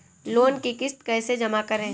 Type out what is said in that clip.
Loan की किश्त कैसे जमा करें?